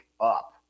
up